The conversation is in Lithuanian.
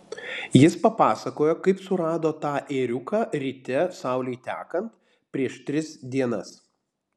jis papasakojo kaip surado tą ėriuką ryte saulei tekant prieš tris dienas